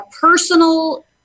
personal